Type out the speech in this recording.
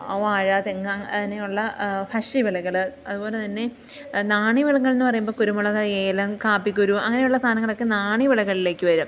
വാഴ തെങ്ങ് അങ്ങനെയുള്ള ഭക്ഷ്യ വിളകൾ അതുപോലെ തന്നെ നാണ്യ വിളകളെന്നു പറയുമ്പോൾ കുരുമുളക് ഏലം കാപ്പിക്കുരു അങ്ങനെയുള്ള സാധനങ്ങളൊക്കെ നാണ്യ വിളകളിലേക്ക് വരും